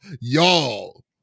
y'all